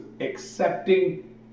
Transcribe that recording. accepting